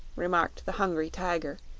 remarked the hungry tiger,